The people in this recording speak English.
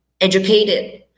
educated